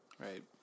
Right